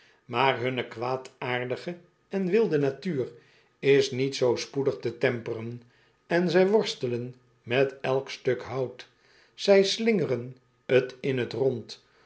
maar hunne kwaadaardige en wilde natuur is niet zoo spoedig te temperen en zij worstelen met elk stuk hout zij slingeren t in t rond